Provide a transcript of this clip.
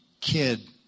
kid